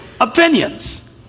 opinions